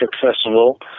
Festival